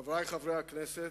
חברי חברי הכנסת,